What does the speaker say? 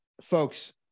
Folks